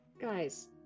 Guys